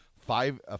five